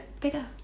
bigger